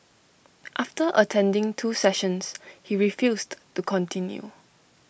after attending two sessions he refused to continue